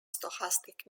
stochastic